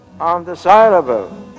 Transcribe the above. undesirable